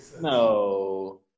No